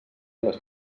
les